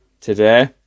today